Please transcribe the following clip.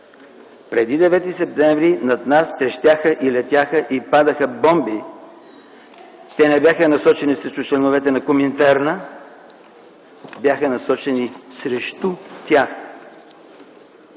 Преди Девети септември над нас трещяха, летяха и падаха бомби, които не бяха насочени срещу членовете на Коминтерна – бяха насочени срещу тях.